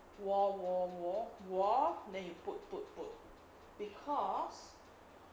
wall wall wall wall wall then you put put put because